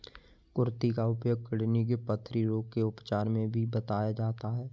कुर्थी का उपयोग किडनी के पथरी रोग के उपचार में भी बताया जाता है